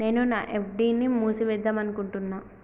నేను నా ఎఫ్.డి ని మూసివేద్దాంనుకుంటున్న